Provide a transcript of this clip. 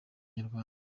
nyarwanda